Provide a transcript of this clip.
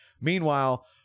Meanwhile